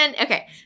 Okay